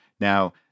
Now